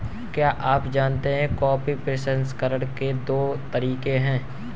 क्या आप जानते है कॉफी प्रसंस्करण के दो तरीके है?